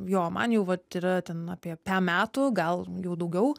jo man jau vat yra ten apie pem metų gal jau daugiau